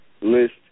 list